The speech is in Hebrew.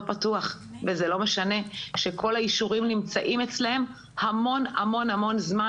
פתוח וזה לא משנה שכל האישורים נמצאים אצלם המון זמן.